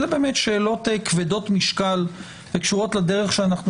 אלה באמת שאלות כבדות משקל וקשורות לדרך שאנחנו